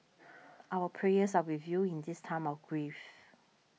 our prayers are with you in this time of grief